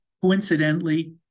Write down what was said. coincidentally